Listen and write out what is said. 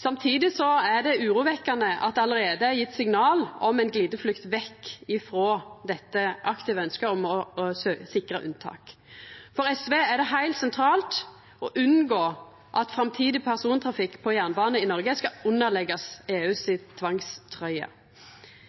Samtidig er det urovekkjande at det allereie er gjeve signal om ei glideflukt vekk frå dette aktive ønsket om å sikra unntak. For SV er det heilt sentralt å unngå at framtidig persontrafikk på jernbane i Noreg skal underleggjast EUs tvangstrøye.